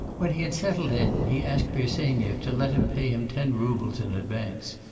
when he had settled in, he asked bersenyev to let him pay him ten roubles in advance,